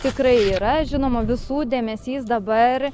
tikrai yra žinoma visų dėmesys dabar